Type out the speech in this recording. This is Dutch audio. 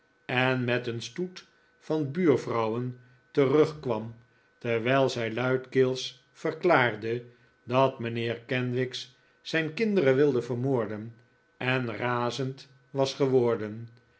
en met een stoet van buurvrouwen terugkwam terwijl zij luidkeels verklaarde dat mijnheer kenwigs zijn kinderen wilde vermoorden en razend was geworden